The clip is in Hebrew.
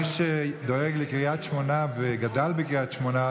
מי שדואג לקריית שמונה וגדל בקריית שמונה,